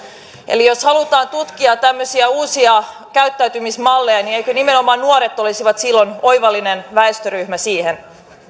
eli jos halutaan tutkia tämmöisiä uusia käyttäytymismalleja niin eivätkö nimenomaan nuoret olisi silloin oivallinen väestöryhmä siihen